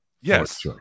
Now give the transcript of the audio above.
Yes